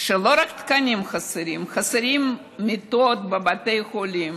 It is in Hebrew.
שלא רק תקנים חסרים, חסרות מיטות בבתי חולים.